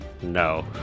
No